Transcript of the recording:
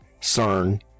CERN